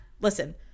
listen